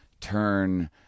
turn